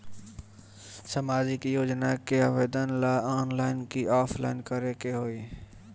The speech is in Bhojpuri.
सामाजिक योजना के आवेदन ला ऑनलाइन कि ऑफलाइन करे के होई?